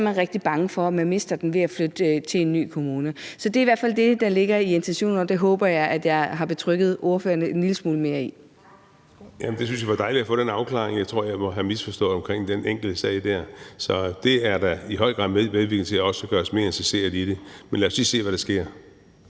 så er man rigtig bange for, at man mister den ved at flytte til en ny kommune. Så det er i hvert fald det, der ligger i intentionerne, og det håber jeg at jeg har betrygget ordføreren en lille smule mere i. Kl. 11:51 Anden næstformand (Pia Kjærsgaard): Tak. Værsgo. Kl. 11:51 Søren Espersen (DF): Jeg synes, det var dejligt at få den afklaring. Jeg tror, jeg må have misforstået noget omkring den enkelte sag der. Så det er da i høj grad medvirkende til også at gøre os mere interesseret i det, men lad os lige se, hvad der sker.